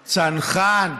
צנחן,